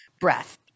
breath